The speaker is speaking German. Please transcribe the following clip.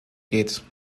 geht